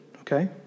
okay